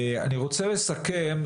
אני רוצה לסכם.